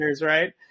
right